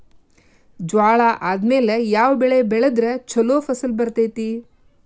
ಜ್ವಾಳಾ ಆದ್ಮೇಲ ಯಾವ ಬೆಳೆ ಬೆಳೆದ್ರ ಛಲೋ ಫಸಲ್ ಬರತೈತ್ರಿ?